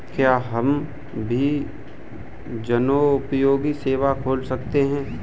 क्या हम भी जनोपयोगी सेवा खोल सकते हैं?